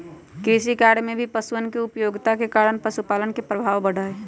कृषिकार्य में भी पशुअन के उपयोगिता के कारण पशुपालन के प्रभाव बढ़ा हई